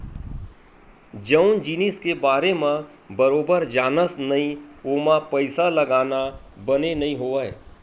जउन जिनिस के बारे म बरोबर जानस नइ ओमा पइसा लगाना बने नइ होवय